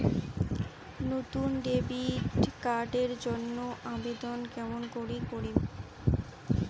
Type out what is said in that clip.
নতুন debit card এর জন্যে আবেদন কেমন করি করিম?